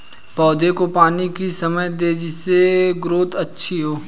पौधे को पानी किस समय दें जिससे ग्रोथ अच्छी हो?